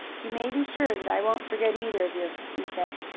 you may be sure that i won't forget either of you, he said.